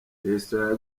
restaurant